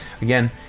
again